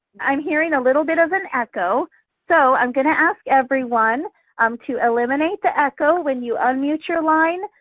i'm hearing a little bit of an echo so i'm gonna ask everyone um to eliminate the echo when you unmute your line.